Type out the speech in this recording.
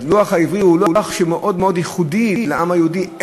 הלוח העברי הוא לוח מאוד מאוד ייחודי לעם היהודי,